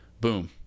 boom